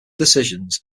decisions